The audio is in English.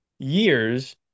years